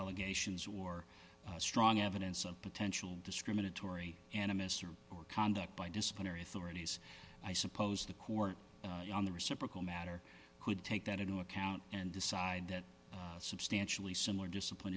allegations war strong evidence of potential discriminatory animists or or conduct by disciplinary authorities i suppose the court on the reciprocal matter could take that into account and decide that substantially similar discipline